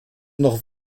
noch